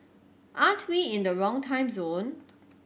aren't we in the wrong time zone